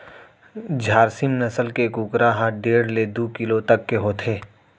झारसीम नसल के कुकरा ह डेढ़ ले दू किलो तक के होथे